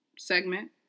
Segment